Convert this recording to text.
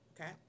okay